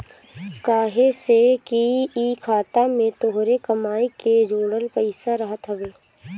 काहे से कि इ खाता में तोहरे कमाई के जोड़ल पईसा रहत हवे